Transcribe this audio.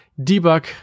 debug